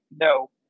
no